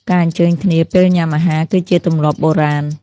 ការអញ្ជើញគ្នា ពេលញ៉ាំអាហារគឺជាទម្លាប់បុរាណ។